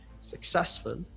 successful